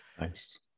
Nice